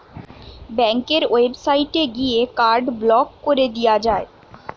ব্যাংকের ওয়েবসাইটে গিয়ে কার্ড ব্লক কোরে দিয়া যায়